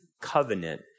covenant